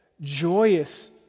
joyous